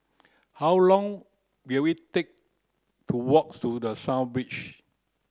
how long will it take to walk to The Beach